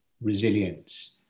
resilience